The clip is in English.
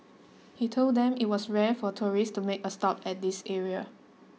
he told them it was rare for tourists to make a stop at this area